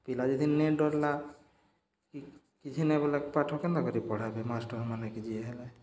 ପିଲା ଦି ଦିନେ ଡ଼ର୍ଲା କି କିଛି ନେଇଁ ବୋଲା ପାଠ କେନ୍ତା କରି ପଢ଼ାବେ ମାଷ୍ଟର ମାନକେ ଯିଏ ହେଲେ